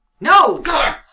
No